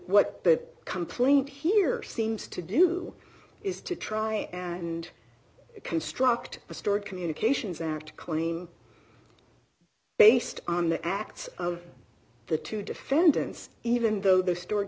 what the complaint here seems to do is to try and construct a story communications act claim based on the acts of the two defendants even though they're stored